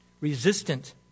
resistant